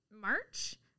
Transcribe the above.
March